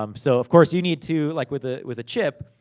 um so, of course, you need to, like with ah with a chip,